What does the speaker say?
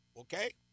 Okay